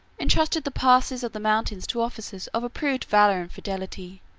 intrusted the passes of the mountains to officers of approved valor and fidelity,